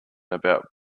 about